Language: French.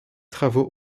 travaux